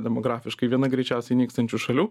demografiškai viena greičiausiai nykstančių šalių